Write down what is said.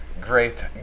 great